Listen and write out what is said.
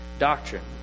doctrine